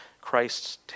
Christ's